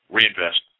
reinvest